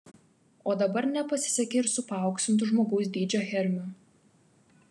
o dabar nepasisekė ir su paauksintu žmogaus dydžio hermiu